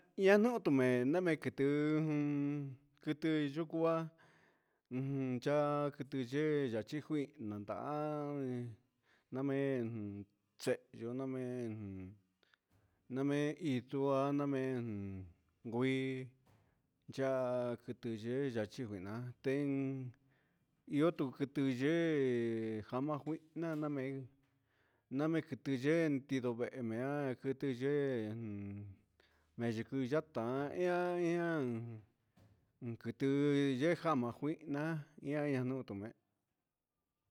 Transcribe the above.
Yaha nuun tumee neme ti quiti yucuaa cha quiti yee chachi cuii namee namee namee itua namee gui yaa quiti yee cachi cuihna ten io tu quiti yee cama juihna nanei name quiti yee ndindo vehe na mee quiti yɨɨ na quiti yata ian ian quitɨ yejama cuihna yia yia nutumee.